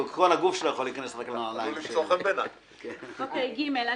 אוקיי, 7(ג).